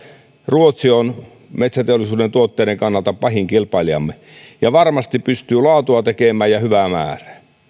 ruotsi on metsäteollisuuden tuotteiden kannalta pahin kilpailijamme ja varmasti pystyy tekemään laatua ja hyvää määrää